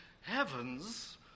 heavens